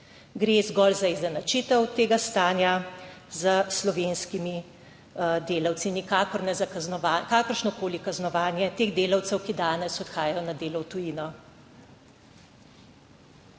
Gre zgolj za izenačitev tega stanja s slovenskimi delavci nikakor ne za kakršnokoli kaznovanje teh delavcev, ki danes odhajajo na delo v tujino.